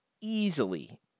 easily